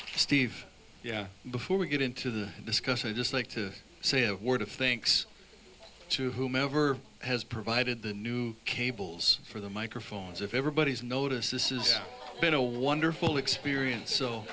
steve yeah before we get into the discuss i'd just like to say a word of thanks to whomever has provided the new cables for the microphones if everybody's notice this is a wonderful experience so